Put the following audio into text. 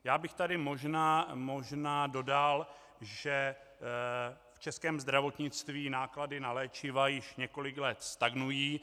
Já bych tady možná dodal, že v českém zdravotnictví náklady na léčiva již několik let stagnují.